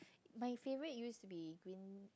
my favorite used to be green